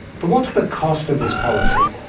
but what's the cost of this policy?